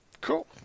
Cool